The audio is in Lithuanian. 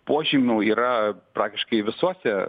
požymių yra praktiškai visose